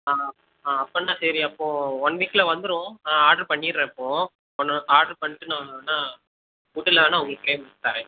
ஆ அப்போன்னா சரி அப்போ ஒன் வீக்கில் வந்துரும் ஆர்ட்ரு பண்ணிடுறேன் இப்போ ஒன்று ஆர்ட்ரு பண்ணிட்டு நான் வேணா உட்டில் வேணா உங்களுக்கு ஃப்ரேம் பண்ணி தாரேன்